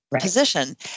position